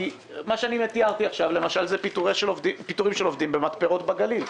כי מה שאני תיארתי עכשיו למשל זה פיטורים של עובדים במתפרות בגליל.